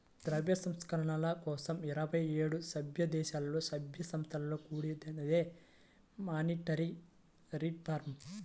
ద్రవ్య సంస్కరణల కోసం ఇరవై ఏడు సభ్యదేశాలలో, సభ్య సంస్థలతో కూడినదే మానిటరీ రిఫార్మ్